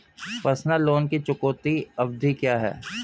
Personal loan की चुकौती अवधि क्या है?